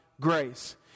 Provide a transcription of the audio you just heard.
grace